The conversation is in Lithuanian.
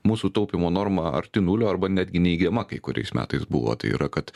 mūsų taupymo norma arti nulio arba netgi neigiama kai kuriais metais buvo tai yra kad